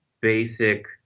basic